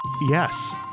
Yes